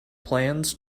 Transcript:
plans